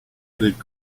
added